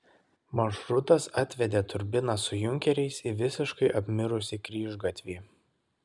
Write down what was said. maršrutas atvedė turbiną su junkeriais į visiškai apmirusį kryžgatvį